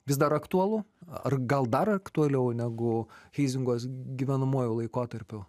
vis dar aktualu ar gal dar aktualiau negu heizingos gyvenamuoju laikotarpiu